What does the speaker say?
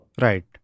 Right